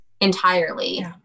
entirely